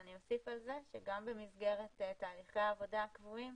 אני אוסיף על זה ואומר שגם במסגרת תהליכי העבודה הקבועים,